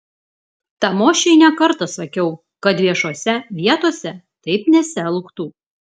tamošiui ne kartą sakiau kad viešose vietose taip nesielgtų